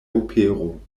opero